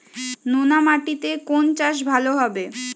নোনা মাটিতে কোন চাষ ভালো হবে?